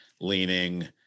leaning